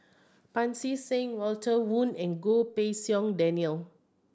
Pancy Seng Walter Woon and Goh Pei Siong Daniel